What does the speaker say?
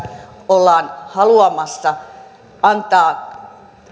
ollaan haluamassa antaa